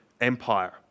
Empire